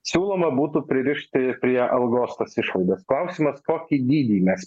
siūloma būtų pririšti prie algos tas išlaidas klausimas kokį dydį mes